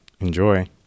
Enjoy